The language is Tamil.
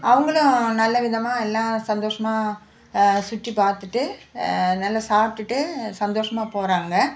அவங்களும் நல்ல விதமாக எல்லாம் சந்தோஷமாக சுற்றி பார்த்துட்டு நல்ல சாப்பிட்டுட்டு சந்தோஷமாக போகிறாங்க